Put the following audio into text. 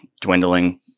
dwindling